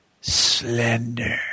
Slender